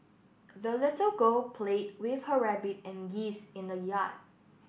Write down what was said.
the little girl played with her rabbit and geese in the yard